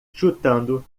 chutando